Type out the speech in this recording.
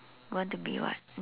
want to be what